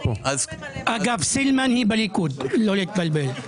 אגב, סילמן היא בליכוד, לא להתבלבל.